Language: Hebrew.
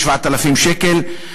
7,000 שקל.